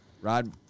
Rod